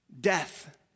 death